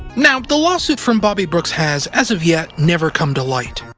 now, the lawsuit from bobby brooks has, as of yet, never come to light.